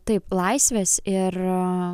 taip laisvės ir